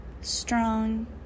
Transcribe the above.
strong